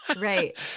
Right